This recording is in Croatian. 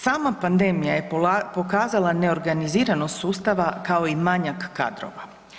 Sama pandemija je pokazala neorganiziranost sustava kao i manjak kadrova.